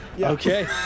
okay